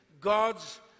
God's